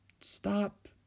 stop